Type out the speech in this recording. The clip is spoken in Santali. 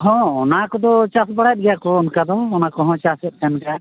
ᱦᱮᱸ ᱚᱱᱟ ᱠᱚᱫᱚ ᱪᱟᱥ ᱵᱟᱲᱟᱭᱮᱫ ᱜᱮᱭᱟ ᱠᱚ ᱚᱱᱠᱟ ᱫᱚ ᱚᱱᱟ ᱠᱚᱦᱚᱸ ᱪᱟᱥᱮᱫ ᱠᱟᱱ ᱜᱮᱭᱟ